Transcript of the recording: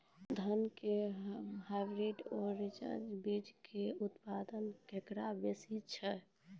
धान के हाईब्रीड और रिसर्च बीज मे उत्पादन केकरो बेसी छै?